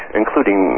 including